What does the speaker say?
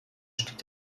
steht